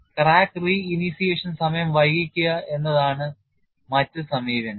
crack re initiation സമയം വൈകിക്കുക എന്നതാണ് മറ്റ് സമീപനം